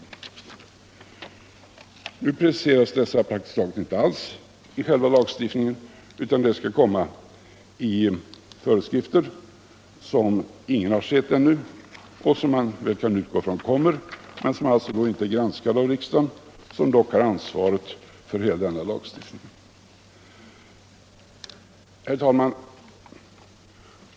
I den nu föreslagna lagen preciseras dessa praktiskt taget inte alls utan de skall komma i föreskrifter som ingen ännu har sett. Det går alltså inte att granska dem i riksdagen, som dock har ansvaret för hela denna lagstiftning. Herr talman!